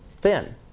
thin